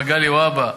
מגלי והבה,